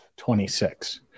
26